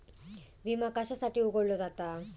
विमा कशासाठी उघडलो जाता?